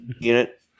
unit